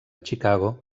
chicago